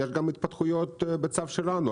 יש גם התפתחויות בצו שלנו.